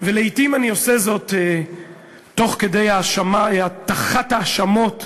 ולעתים אני עושה זאת תוך כדי הטחת האשמות,